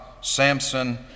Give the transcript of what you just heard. Samson